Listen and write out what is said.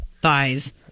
thighs